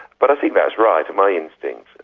but i think that's right, and my instincts,